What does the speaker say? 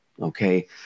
Okay